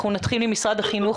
אנחנו נתחיל עם משרד החינוך.